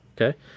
Okay